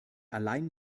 allein